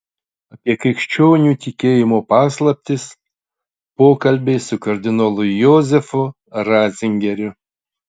apie krikščionių tikėjimo paslaptis pokalbiai su kardinolu jozefu racingeriu